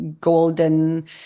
golden